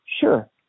Sure